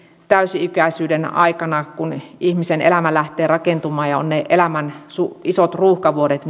täysi ikäisyyden aikana kun ihmisen elämä lähtee rakentumaan ja ovat ne elämän isot ruuhkavuodet